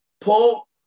Paul